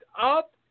up